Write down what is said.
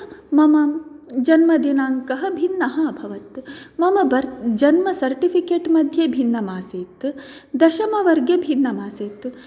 मम जन्मदिनाङ्कः भिन्नः अभवत् मम बर्त् जन्म सर्टिफिकेट् मध्ये भिन्नमासीत् दशमवर्गे भिन्नमासीत्